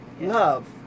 love